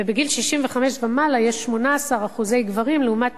ובגיל 65 ומעלה יש 18% גברים לעומת